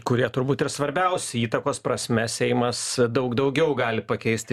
kurie turbūt ir svarbiausi įtakos prasme seimas daug daugiau gali pakeisti